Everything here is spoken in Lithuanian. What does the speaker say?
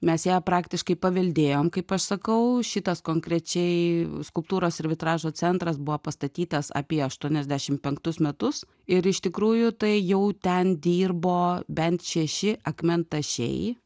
mes ją praktiškai paveldėjom kaip aš sakau šitas konkrečiai skulptūros ir vitražo centras buvo pastatytas apie aštuoniasdešim penktus metus ir iš tikrųjų tai jau ten dirbo bent šeši akmentašiai